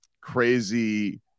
crazy